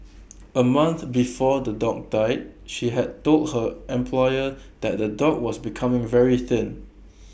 A month before the dog died she had told her employer that the dog was becoming very thin